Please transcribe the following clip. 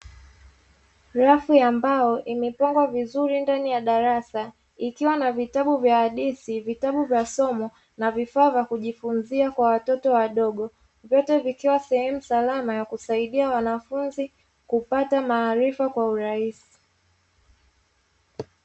Rafu ya mbao imepangwa vizuri ndani ya darasa. Ikiwa na vitabu vya hadithi, vitabu vya somo na vifaa vya kujifunzia kwa watoto wadogo. Vyote vikiwa sehemu salama ya kusaidia wanafunzi kupata maarifa kwa urahisi.